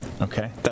Okay